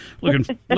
looking